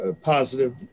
positive